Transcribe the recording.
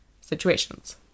situations